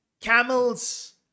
camels